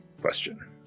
question